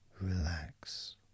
relax